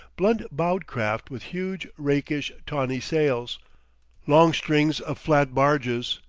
blunt-bowed craft with huge, rakish, tawny sails long strings of flat barges,